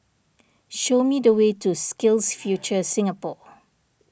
show me the way to SkillsFuture Singapore